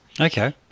Okay